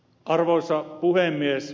arvoisa puhemies